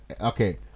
Okay